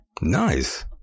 nice